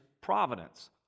providence